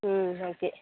ம் ஓகே